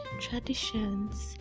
traditions